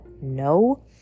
no